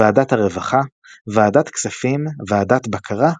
ועדת הרווחה, ועדת כספים, ועדת בקרה ותקציב.